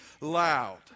loud